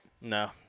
No